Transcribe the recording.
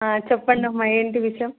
చెప్పండి అమ్మ ఏంటి విషయం